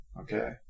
okay